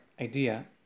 idea